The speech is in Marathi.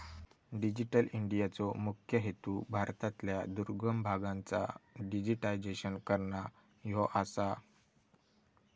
डिजिटल इंडियाचो मुख्य हेतू भारतातल्या दुर्गम भागांचा डिजिटायझेशन करना ह्यो आसा